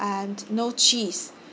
and no cheese